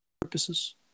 purposes